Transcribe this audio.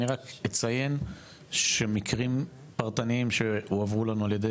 אני רק אציין שמקרים פרטניים שהועברו לנו על ידי